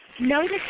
notice